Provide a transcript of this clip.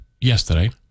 yesterday